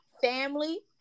family